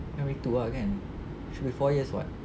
primary two lah kan should be four years [what]